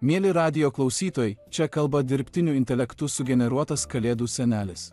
mieli radijo klausytojai čia kalba dirbtiniu intelektu sugeneruotas kalėdų senelis